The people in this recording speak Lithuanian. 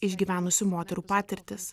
išgyvenusių moterų patirtys